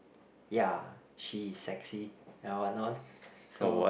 ya she's sexy you know what not so